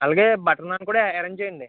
అలగే బటర్ నాన్ కూడా అరేంజ్ చేయండి